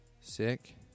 Sick